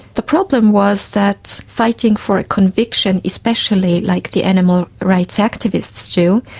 the problem was that fighting for a conviction, especially like the animal rights activists do,